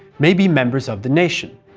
may be members of the nation.